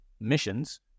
missions